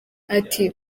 ati